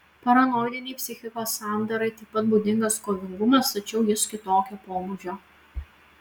paranoidinei psichikos sandarai taip pat būdingas kovingumas tačiau jis kitokio pobūdžio